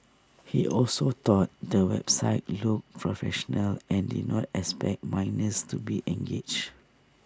he also thought the website looked professional and did not expect minors to be engaged